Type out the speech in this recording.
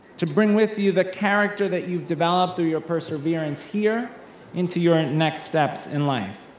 to bring with you the character that you've developed through your perseverance here into your next steps in life.